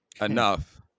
enough